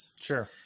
Sure